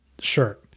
Sure